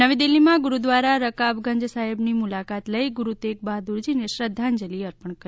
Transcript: નવી દિલ્હીમાં ગુરૂદ્વારા રકાબગંજ સાહેબની મુલાકાત લઇ ગુરૂ તેગ બહાદુરજીને શ્રધ્ધાંજલી અર્પણ કરી